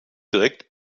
direkt